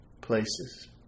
places